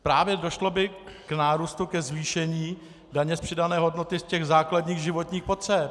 Právě, došlo by k nárůstu, ke zvýšení daně z přidané hodnoty ze základních životních potřeb.